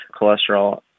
cholesterol